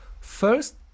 First